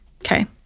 Okay